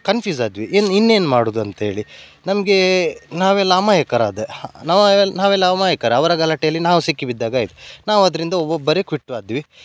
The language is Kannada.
ಕನ್ಫ್ಯೂಸ್ ಆದ್ವಿ ಏನು ಇನ್ನೇನು ಮಾಡೋದ್ ಅಂತೇಳಿ ನಮಗೆ ನಾವೆಲ್ಲ ಅಮಾಯಕರು ಆದೆ ನಾವೆಲ್ಲ ಅಮಾಯಕರು ಅವರ ಗಲಾಟೆಯಲ್ಲಿ ನಾವು ಸಿಕ್ಕಿ ಬಿದ್ದಾಗಾಯ್ತು ನಾವು ಅದರಿಂದ ಒಬ್ಬೊಬ್ಬರೇ ಕ್ವಿಟ್ ಆದ್ವಿ